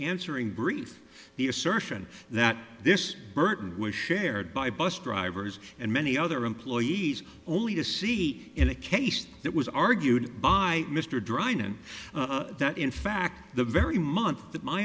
answering brief the assertion that this burden was shared by bus drivers and many other employees only to see in a case that was argued by mr dryden that in fact the very month that my